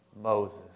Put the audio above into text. Moses